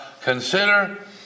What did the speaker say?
consider